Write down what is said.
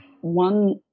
one